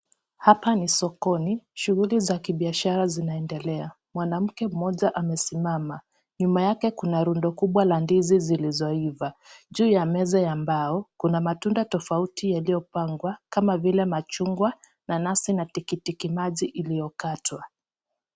Hapa ni sokoni, shughuli za kibiashara zinaendelea. Mwanamke mmoja amesimama, nyuma yake kuna rundo kubwa la ndizi zilizoiva. Juu ya meza ya mbao kuna matunda tofauti yaliyopangwa kama vile machungwa, nanasi, na tikitiki maji iliyokatwa.